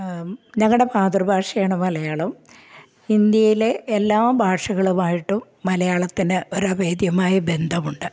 ഞങ്ങടെ മാതൃഭാഷയാണ് മാലയാളം ഇന്ത്യയിലെ എല്ലാ ഭാഷകളുമായിട്ടും മലയാളത്തിന് ഒരഭേദ്യമായ ബന്ധമുണ്ട്